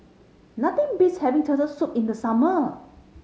nothing beats having Turtle Soup in the summer